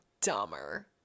dumber